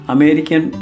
American